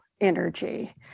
energy